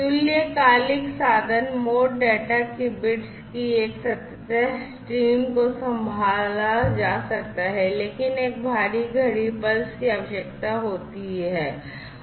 तुल्यकालिक साधन mode data की बिट्स की एक सतत स्ट्रीम को संभाला जा सकता है लेकिन एक बाहरी घड़ी पल्स की आवश्यकता होती है